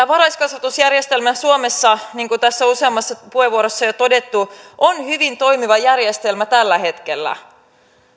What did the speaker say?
varhaiskasvatusjärjestelmä suomessa niin kuin tässä on useammassa puheenvuorossa jo todettu on hyvin toimiva järjestelmä tällä hetkellä